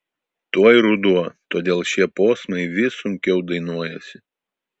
tuoj ruduo todėl šie posmai vis sunkiau dainuojasi